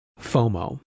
FOMO